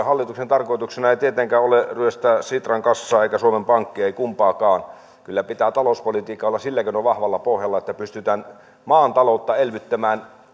hallituksen tarkoituksena ei tietenkään ole ryöstää sitran kassaa eikä suomen pankkia ei kumpaakaan kyllä pitää talouspolitiikan olla sillä keinoin vahvalla pohjalla että pystytään maan taloutta elvyttämään